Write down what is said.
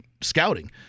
scouting